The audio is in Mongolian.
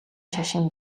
шашин